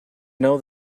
know